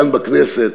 כאן בכנסת.